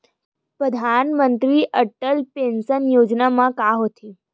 परधानमंतरी अटल पेंशन योजना मा का होथे?